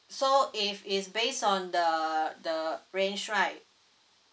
so if it's based on the the range right